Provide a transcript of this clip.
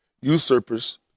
Usurpers